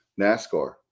NASCAR